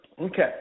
okay